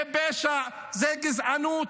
זה פשע, זאת גזענות,